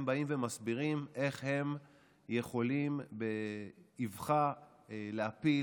הם באים ומסבירים איך הם יכולים באבחה אחת להפיל